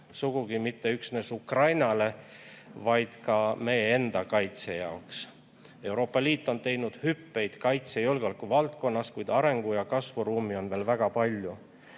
sugugi mitte üksnes Ukrainale, vaid ka meie enda kaitse jaoks. Euroopa Liit on teinud hüppeid kaitse ja julgeoleku valdkonnas, kuid arengu- ja kasvuruumi on veel väga palju.